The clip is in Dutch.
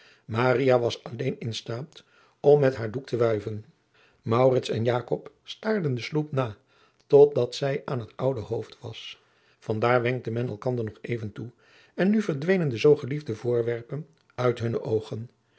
was alleen in staat om met haar doek te wuiven maurits en jakob staarden de sloep na tot dat zij aan het oude hoofd was van daar wenkte men elkander nog even toe en nu verdwenen de zoo geliefde voorwerpen uit hunne oogen